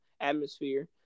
atmosphere